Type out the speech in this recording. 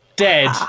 dead